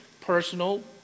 personal